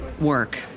work